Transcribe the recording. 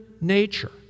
nature